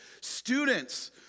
Students